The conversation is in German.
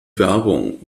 werbung